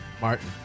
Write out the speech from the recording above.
Martin